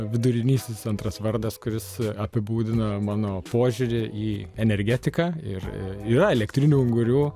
vidurinysis antras vardas kuris apibūdina mano požiūrį į energetiką ir yra elektrinių ungurių